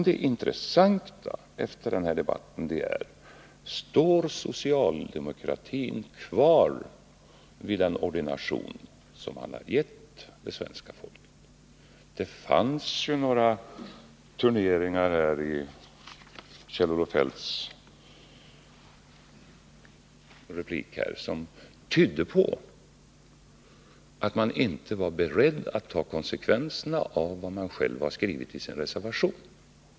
Det intressanta efter den här debatten är: Står socialdemokratin kvar vid den ordination som man har gett det svenska folket? Det fanns ju några turneringar i Kjell-Olof Feldts replik som tydde på att man inte var beredd att ta konsekvenserna av vad man själv har skrivit i sin reservation.